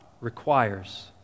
requires